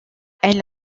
elle